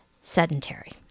sedentary